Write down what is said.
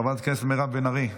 חבר הכנסת מירב בן ארי,